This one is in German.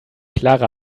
clara